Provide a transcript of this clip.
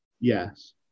Yes